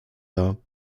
dar